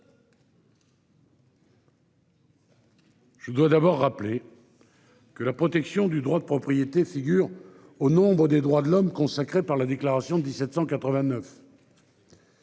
Je dois d'abord rappeler. Que la protection du droit de propriété figurent au nombre des droits de l'homme consacrés par la déclaration de 1789.